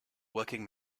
working